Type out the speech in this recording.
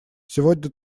сегодня